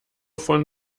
von